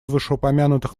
вышеупомянутых